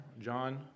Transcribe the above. John